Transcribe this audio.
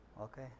okay